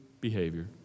behavior